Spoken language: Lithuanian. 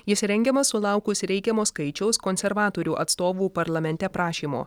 jis rengiamas sulaukus reikiamo skaičiaus konservatorių atstovų parlamente prašymo